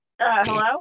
Hello